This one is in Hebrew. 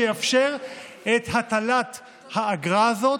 שיאפשר את הטלת האגרה הזאת,